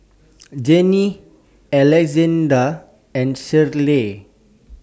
Janine Alexzander and Shirley